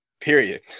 period